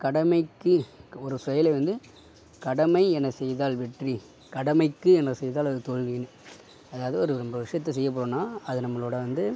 கடமைக்கு ஒரு செயலை வந்து கடமை என செய்தால் வெற்றி கடமைக்கு என செய்தால் அது தோல்வின்னு அதாவது ஒரு நம்ம ஒரு விஷயத்த செய்யப் போகிறோனா அது நம்மளோட வந்து